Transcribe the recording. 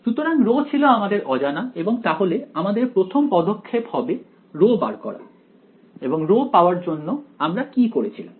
সুতরাং ρ ছিল আমাদের অজানা এবং তাহলে আমাদের প্রথম পদক্ষেপ হবে ρ বার করা এবং ρ পাওয়ার জন্য আমরা কি করেছিলাম